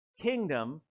kingdom